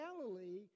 Galilee